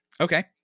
Okay